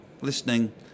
listening